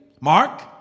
Mark